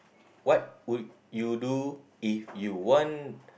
what would you do if you want